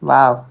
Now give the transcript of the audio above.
Wow